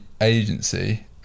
agency